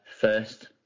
first